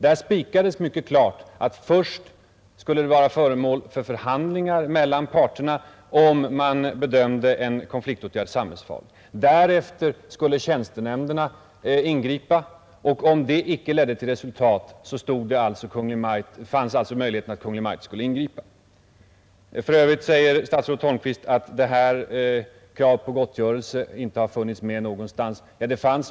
Där spikades mycket klart att först skulle det upptas förhandlingar mellan parterna om man bedömde en konfliktåtgärd samhällsfarlig. Därefter skulle tjänstenämnderna ta upp saken, och om det icke ledde till resultat fanns alltså möjlighet för Kungl. Maj:t att ingripa. För övrigt säger statsrådet Holmqvist att kravet på gottgörelse inte har framförts någonstans tidigare.